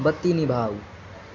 बत्ती निभाऊ